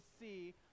see